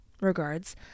regards